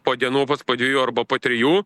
po dienų po dviejų arba po trijų